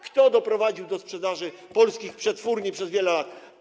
Kto doprowadził do sprzedaży polskich przetwórni przez te lata?